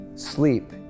Sleep